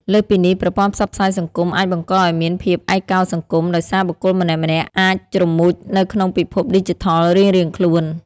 លើសពីនេះ ប្រព័ន្ធផ្សព្វផ្សាយសង្គមអាចបង្កឱ្យមានភាពឯកោសង្គម ដោយសារបុគ្គលម្នាក់ៗអាចជ្រមុជនៅក្នុងពិភពឌីជីថលរៀងៗខ្លួន។